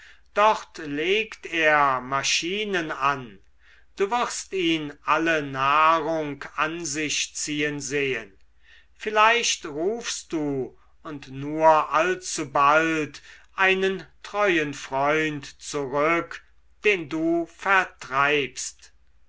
dort legt er maschinen an du wirst ihn alle nahrung an sich ziehen sehen vielleicht rufst du und nur allzubald einen treuen freund zurück den du vertreibst